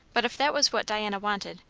but if that was what diana wanted,